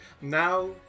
now